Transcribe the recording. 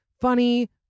funny